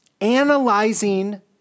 analyzing